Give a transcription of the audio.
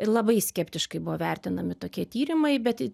labai skeptiškai buvo vertinami tokie tyrimai bet